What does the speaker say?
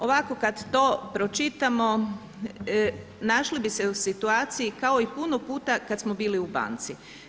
Ovako kad to pročitamo našli bi se u situaciji kao i puno puta kada smo bili u banci.